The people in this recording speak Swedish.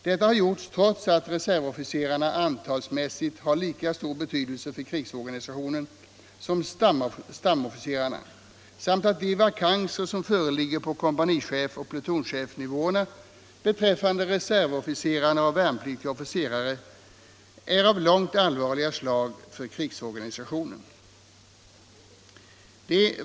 Detta har skett trots att reservofficerarna i vad gäller antalet har lika stor betydelse för krigsorganisationen som stamofficerarna samt att de vakanser som föreligger på kompanichefsoch plutonchefsnivåerna beträffande reservofficerarna och värnpliktiga officerare är av långt allvarligare slag för krigsorganisationen.